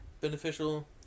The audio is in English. beneficial